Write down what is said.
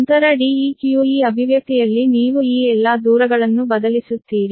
ನಂತರ ಈ Deq ಈ ಅಭಿವ್ಯಕ್ತಿಯಲ್ಲಿ ನೀವು ಈ ಎಲ್ಲಾ ಡಿಸ್ಟೆನ್ಸ್ ಗಳನ್ನು ಬದಲಿಸುತ್ತೀರಿ